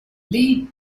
lee